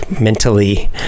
mentally